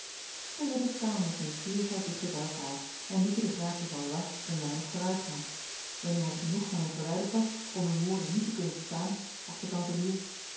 de ridders kwamen met nieuwsgierigheid dichter bij elkaar en lieten de graaf de valois een weinig vooruitgaan wanneer hij genoeg van hen verwijderd was om hun woorden niet te kunnen verstaan sprak de kanselier